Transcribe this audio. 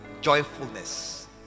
joyfulness